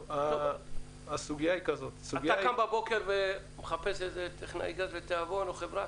אתה קם בבוקר ומחפש איזה טכנאי גז או חברה?